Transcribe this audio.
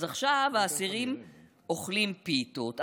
אז עכשיו האסירים אוכלים פיתות,